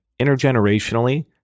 intergenerationally